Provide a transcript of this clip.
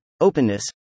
openness